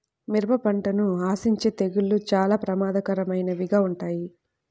మిరప పంటను ఆశించే తెగుళ్ళు చాలా ప్రమాదకరమైనవిగా ఉంటాయి